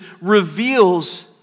reveals